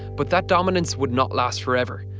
but that dominance would not last forever.